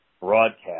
broadcast